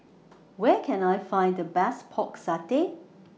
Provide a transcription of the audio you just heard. Where Can I Find The Best Pork Satay